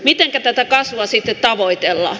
mitenkä tätä kasvua sitten tavoitellaan